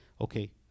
okay